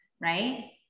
right